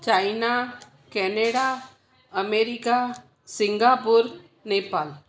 China Canada America Singapore Nepal